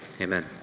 Amen